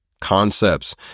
concepts